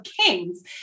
kings